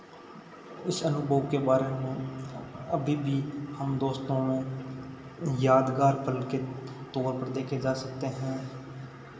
इस अनुभव के बारे में अभी भी हम दोस्तों में यादगार पल कैसे तौर पर देखे जा सकते हैं